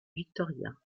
victoria